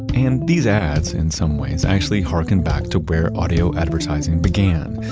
and these ads, in some ways, actually harken back to where audio advertising began.